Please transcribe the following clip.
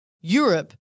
Europe